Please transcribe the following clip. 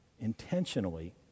intentionally